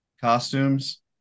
costumes